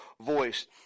voice